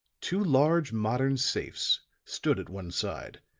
two large modern safes stood at one side,